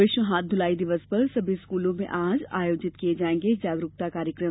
विश्व हाथ धुलाई दिवस पर सभी स्कूलों में आज आयोजित किये जायेंगे जागरूकता कार्यक्रम